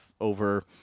over